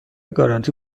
گارانتی